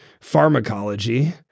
pharmacology